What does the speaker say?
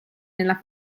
nella